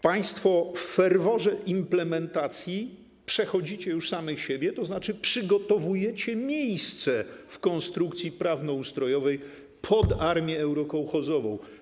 Państwo w ferworze implementacji przechodzicie już samych siebie, tzn. przygotowujecie miejsce w konstrukcji prawno-ustrojowej pod armię eurokołchozową.